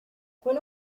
when